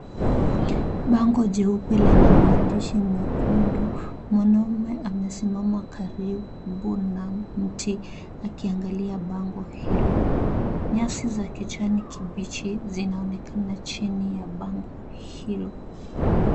Bango jeupe lenye maandishi mekundu mwanaume amesimama karibu na mti akiangalia bango hilo nyasi za kijani kibichi zinaonekana chini ya bango hilo.